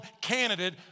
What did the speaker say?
candidate